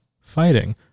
fighting